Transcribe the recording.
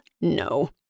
no